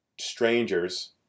strangers